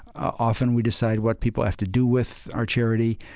often we decide what people have to do with our charity.